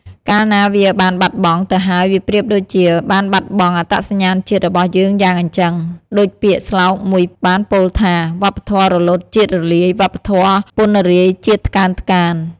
កាលណាវាបានបាត់បង៉ ទៅហើយវាប្រៀបដូចជាបានបាត់បងអត្តសញ្ញាណជាតិរបស់យើងយ៉ាងអញ្ជឹង ដូចពាក្យស្លោកមួយបានពោលថា « វប្បធម៌រលត់ជាតិរលាយ វប្បធម៌ពណ្ណរាយជាតិថ្កើនថ្កាន »។